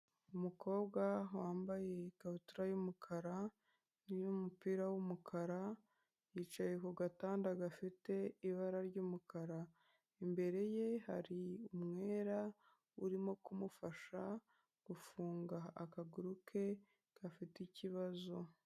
Umukobwa wambaye ikabutura y'umukara n'umupira w'umukara yicaye ku gatanda gafite ibara ry'umukara. Imbere ye hari umwere urimo kumufasha gufunga akaguru ke gafite ikibazo.